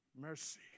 Mercy